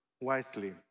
wisely